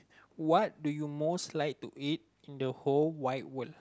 what do you most like to eat in the whole wide world